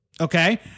Okay